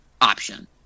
option